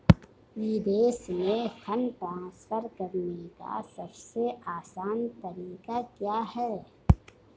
विदेश में fund transfer करने का सबसे आसान तरीका क्या है?